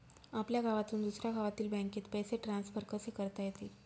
आपल्या गावातून दुसऱ्या गावातील बँकेत पैसे ट्रान्सफर कसे करता येतील?